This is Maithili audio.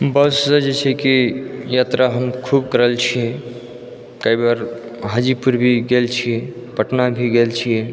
बस सऽ जे छै कि यात्रा हम खूब करल छियै कतेक बेर हाजीपुर भी गेल छियै पटना भी गेल छियै